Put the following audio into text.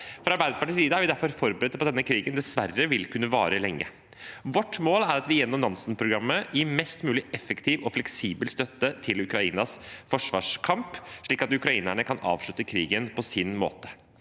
Fra Arbeiderpartiets side har vi derfor forberedt oss på at denne krigen dessverre vil kunne vare lenge. Vårt mål er at vi gjennom Nansen-programmet gir mest mulig effektiv og fleksibel støtte til Ukrainas forsvarskamp, slik at ukrainerne kan avslutte krigen på sin måte.